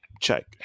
check